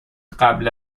قبل